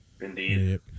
Indeed